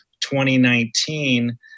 2019